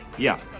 yeah,